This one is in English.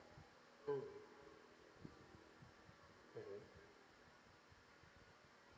mm mmhmm